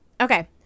Okay